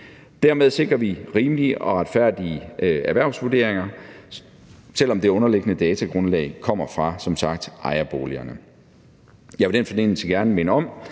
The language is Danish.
Dermed sikrer vi rimelige og retfærdige erhvervsvurderinger, selv om det underliggende datagrundlag som sagt kommer fra ejerboligerne.